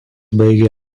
baigė